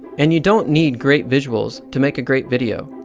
and you don't need great visuals, to make a great video.